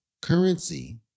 currency